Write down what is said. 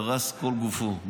קרס כל גופו,